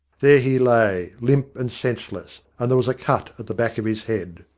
there he lay limp and senseless, and there was a cut at the back of his head.